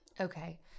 Okay